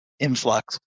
influx